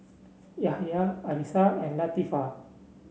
Yahya Arissa and Latifa